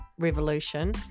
revolution